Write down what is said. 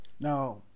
Now